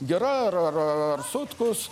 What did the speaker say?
gira ar ar sutkus